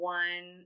one